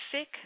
sick